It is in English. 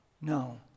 No